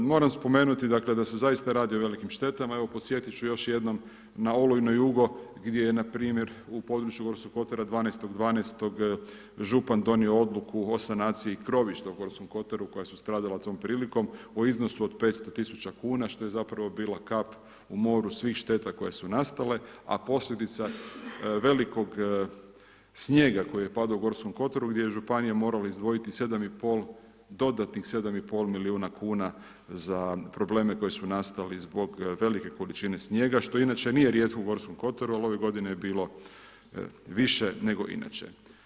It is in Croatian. Moramo spomenuti dakle da se zaista radi o velikim štetama, evo podsjetit ću još jednom na olujno jugo gdje je npr. u području Gorskog kotara 12. 12. župan donio odluku o sanaciji krovišta u Gorskom kotaru koja su stradala u tom prilikom u iznosu od 500 000 kuna što je zapravo bila kap u moru svih šteta koje su nastale a posljedica velikog snijega koji je padao u Gorskom kotaru gdje je županija morala izdvojiti 7,5 dodatnih 7,5 milijuna kuna za probleme koji su nastali zbog velike količine snijega što inače nije rijetko u Gorskom kotaru ali ove godine je bilo više nego inače.